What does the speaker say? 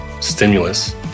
stimulus